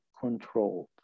controlled